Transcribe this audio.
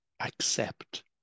accept